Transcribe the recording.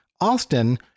austin